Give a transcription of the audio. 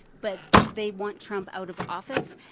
but they want trump out of office.